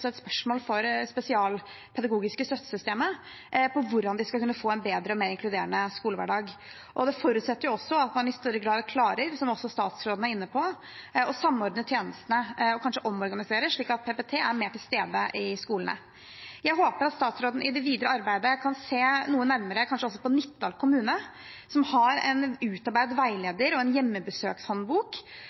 spørsmål for det spesialpedagogiske støttesystemet om hvordan de skal kunne få en bedre og mer inkluderende skolehverdag. Det forutsetter også at man i større grad klarer, som også statsråden var inne på, å samordne og kanskje omorganisere tjenestene, slik at PPT er mer til stede i skolene. Jeg håper at statsråden i det videre arbeidet kan se noe nærmere på Nittedal kommune, som har en utarbeidet en veileder, en hjemmebesøkshåndbok